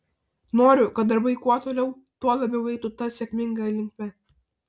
noriu kad darbai kuo toliau tuo labiau eitų ta sėkminga linkme